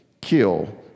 kill